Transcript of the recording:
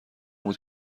بود